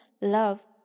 love